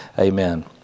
Amen